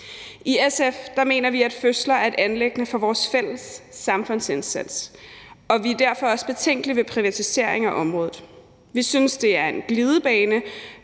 I SF mener vi, at fødsler er et anliggende for vores fælles samfundsindsats, og vi er derfor også betænkelige ved en privatisering af området. Vi synes, det er en glidebane,